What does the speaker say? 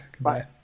Bye